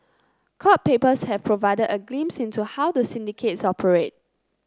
court papers have provided a glimpse into how the syndicates operate